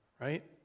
right